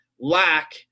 lack